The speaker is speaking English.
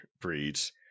breeds